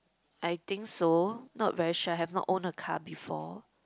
I think so not very sure have not own a car before